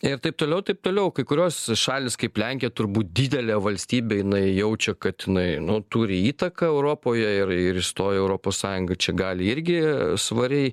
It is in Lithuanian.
ir taip toliau taip toliau kai kurios šalys kaip lenkija turbūt didelė valstybė jinai jaučia kad jinai nu turi įtaką europoje ir ir įstojo europos sąjungoj čia gali irgi svariai